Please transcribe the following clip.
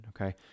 Okay